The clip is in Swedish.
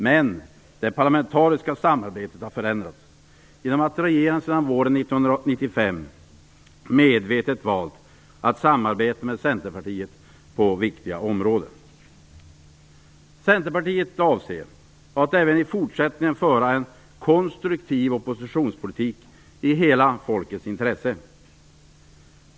Men det parlamentariska samarbetet har förändrats genom att regeringen sedan våren 1995 medvetet valt att samarbeta med Centerpartiet på viktiga områden. Centerpartiet avser att även i fortsättningen föra en konstruktiv oppositionspolitik i hela folkets intresse.